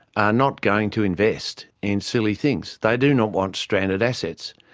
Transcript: are not going to invest in silly things. they do not want stranded assets.